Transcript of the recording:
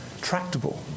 tractable